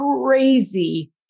crazy